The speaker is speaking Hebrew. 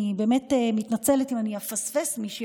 אני באמת מתנצלת אם אני אפספס מישהי,